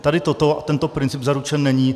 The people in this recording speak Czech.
Tady toto a tento princip zaručen není.